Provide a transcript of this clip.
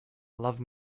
love